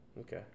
Okay